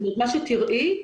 מה שתראי,